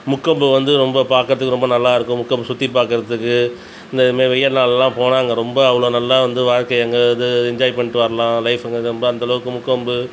முக்கொம்பு வந்து ரொம்ப பார்க்கறதுக்கு ரொம்ப நல்லாருக்கும் முக்கொம்பு சுற்றிப் பார்க்கறதுக்கு இந்த மாரி வெயில் நாள்னா போனால் அங்கே ரொம்ப அவ்வளோ நல்லா வந்து வாழ்க்கையை அங்கே வந்து என்ஜாய் பண்ணிட்டு வரலாம் லைஃபு அங்கே ரொம்ப அந்தளவுக்கு முக்கொம்பு